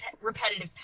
repetitive